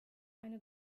eine